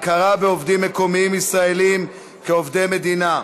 הכרה בעובדים מקומיים ישראלים כעובדי מדינה)